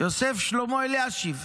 יוסף שלמה אלישיב,